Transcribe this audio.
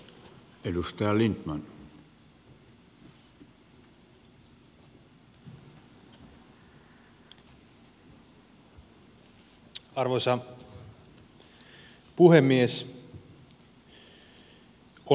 arvoisa puhemies